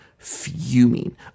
fuming